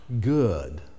good